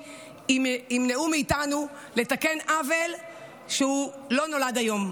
ימנעו מאיתנו לתקן עוול שלא נולד היום.